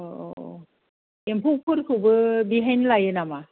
औ औ औ एम्फौफोरखौबो बेहायनो लायो नामा